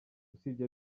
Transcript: usibye